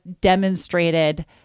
demonstrated